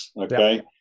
okay